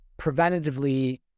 preventatively